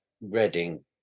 reading